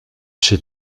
czy